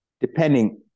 depending